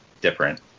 different